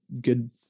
good